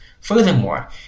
Furthermore